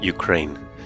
Ukraine